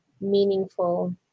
meaningful